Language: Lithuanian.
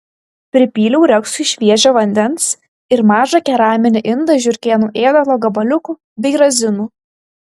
pripyliau reksui šviežio vandens ir mažą keraminį indą žiurkėnų ėdalo gabaliukų bei razinų